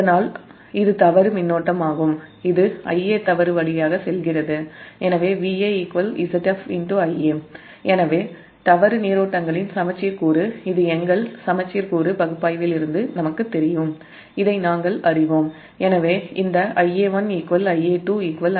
அதனால்இது fault மின்னோட்டமாகும் இது Ia fault வழியாக செல்கிறது எனவே Va Zf Ia எனவே ஃபால்ட் நீரோட்டங்களின் சமச்சீர் கூறு பகுப்பாய் விலிருந்து நமக்குத் தெரியும் இதை நாம் அறிவோம் எனவே இந்த Ia1 Ia2 Ia0 13 Ia